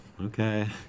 okay